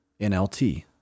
NLT